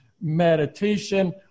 meditation